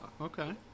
okay